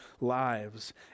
lives